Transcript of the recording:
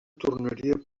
tornaria